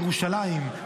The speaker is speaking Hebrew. ירושלים,